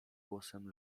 głosem